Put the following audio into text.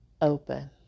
open